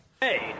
Hey